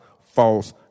false